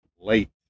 late